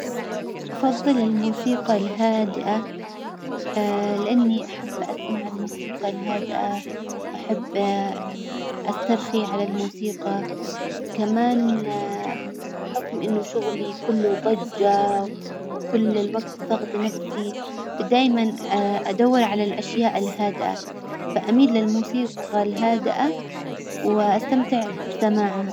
أفظل الموسيقى الهادئة لإني أحب أسمع الموسيقى الهادئة، أحب أسترخي على الموسيقى، كمان بحكم إنه شغلي كله ظجة وكل الوجت ظغط نفسي فدايما أدور على الأشياء الهادئة، فأميل للموسيقى الهادئة وأستمتع بسماعها.